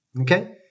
okay